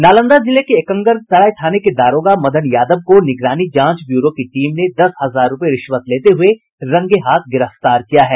नालंदा जिले के एकंगरसराय थाने के दारोगा मदन यादव को निगरानी जांच ब्यूरो की टीम ने दस हजार रूपये रिश्वत लेते हुए रंगेहाथ गिरफ्तार किया है